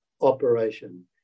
operation